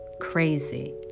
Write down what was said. crazy